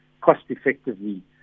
cost-effectively